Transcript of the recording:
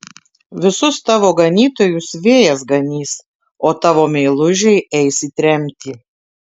visus tavo ganytojus vėjas ganys o tavo meilužiai eis į tremtį